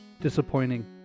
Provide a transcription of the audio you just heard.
disappointing